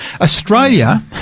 Australia